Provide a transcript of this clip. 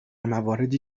مواردی